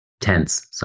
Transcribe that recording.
Tense